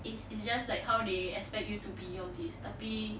it's it's just like how they expect you to be all these tapi